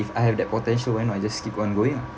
if I have that potential why not I just keep on going ah